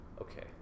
Okay